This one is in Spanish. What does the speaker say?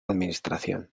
administración